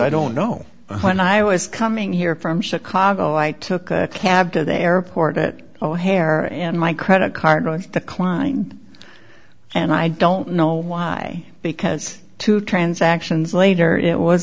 i don't know when i was coming here from chicago i took a cab to the airport it oh hair and my credit card on the klein and i don't know why because two transactions later it was